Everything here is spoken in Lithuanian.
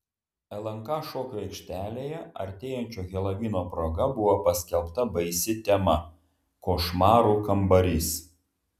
lnk šokių aikštelėje artėjančio helovino proga buvo paskelbta baisi tema košmarų kambarys